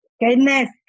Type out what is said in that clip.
Goodness